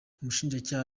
umushinjacyaha